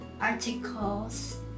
articles